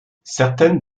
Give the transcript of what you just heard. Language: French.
certaines